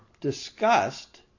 discussed